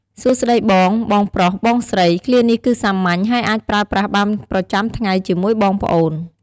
"សួស្ដីបង បងប្រុស បងស្រី!" ឃ្លានេះគឺសាមញ្ញ ហើយអាចប្រើប្រាស់បានប្រចាំថ្ងៃជាមួយបងប្អូន។